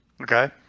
Okay